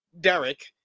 Derek